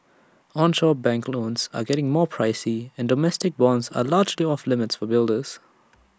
onshore bank loans are getting more pricey and domestic bonds are largely off limits for builders